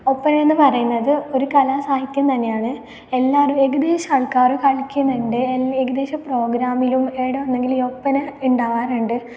ഒപ്പന എന്ന് പറയുന്നത് ഒരു കലാ സാഹിത്യം തന്നെയാണ് എല്ലാവരും ഏകദേശം ആൾക്കാറും കളി ഏകദേശ പ്രോഗ്രാമിലും എവിടെ ആണെങ്കിലും ഈ ഒപ്പന ഉണ്ടാവാറുണ്ട്